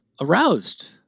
aroused